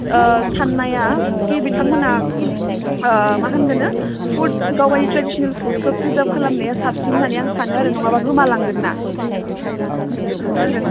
साननायाखि बिथांमोनहा माहोनगोननो फुड गावबायदि ट्रेडिसनेल फुडखो प्रिजार्भ खालामनाया साबसिन होननानै आं सानो आरो नङाब्ला गोमालांगोनना आं बिखो सानो आरो